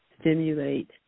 stimulate